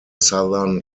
southern